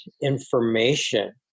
information